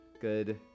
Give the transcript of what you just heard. good